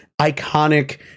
iconic